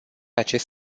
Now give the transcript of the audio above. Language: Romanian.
acest